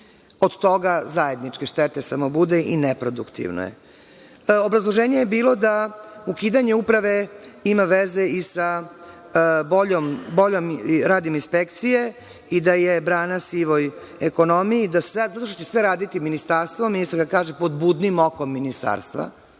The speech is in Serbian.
Od toga zajedničke štete samo bude i neproduktivno je. Obrazloženje je bilo da ukidanje uprave ima veze i sa boljim radom inspekcije i da je brana sivoj ekonomiji, i da će sve raditi Ministarstvo, ministarka kaže – pod budnim okom Ministarstva.